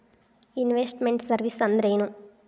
Invest made services ಅಂದ್ರೇನು?